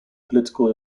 political